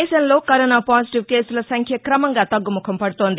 దేశంలో corona positive కేసుల సంఖ్య క్రమంగా తగ్గుముఖం పడుతోంది